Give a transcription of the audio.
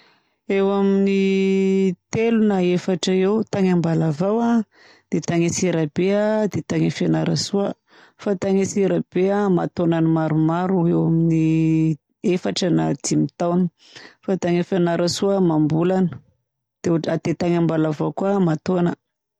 Eo amin'ny telo na efatra eo ho eo: tagny Ambalavao a, dia tagny Antsirabe a, dia tagny Fianarantsoa. Fa tagny Antsirabe a aman-taonany maromaro, any ho any amin'ny efatra na dimy taona. Fa tagny Fianarantsoa amam-bolana. Dia tagny Ambalavao koa aman-taonany.